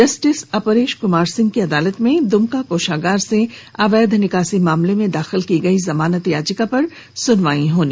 justice Aparesh Kumar Singh की अदालत में दुमका कोषागार से अवैध निकासी मामले में दाखिल की गयी जमानत याचिका पर सुनवाई होगी